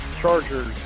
Chargers